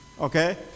Okay